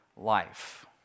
life